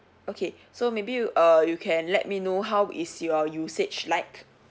okay so maybe you err you can let me know how is your usage like